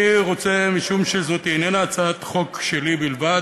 משום שזאת איננה הצעת חוק שלי בלבד,